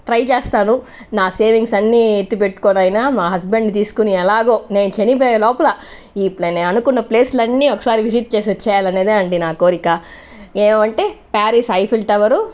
try చేస్తాను నా savings అన్నీ ఎత్తిపెట్టుకోనైనా మా హస్బెండ్ తీసుకుని ఎలాగో నేను చనిపోయే లోపల ఈ ప్లే నేను అనుకున్న ప్లేసులన్నీ ఒకసారి విసిట్ చేసి వచ్చేయాలన్నదే అండి నా కోరిక ఏవంటే ప్యారిస్ ఐఫిల్ టవర్